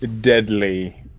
deadly